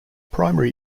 primary